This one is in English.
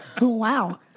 Wow